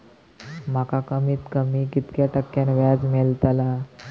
माका कमीत कमी कितक्या टक्क्यान व्याज मेलतला?